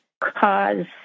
cause